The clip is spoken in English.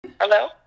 Hello